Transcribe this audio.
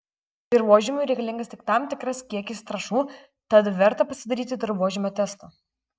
dirvožemiui reikalingas tik tam tikras kiekis trąšų tad verta pasidaryti dirvožemio testą